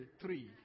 three